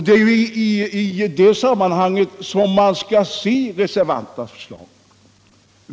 Det är ju i det perspektivet man skall se förslaget från oss reservanter.